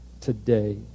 today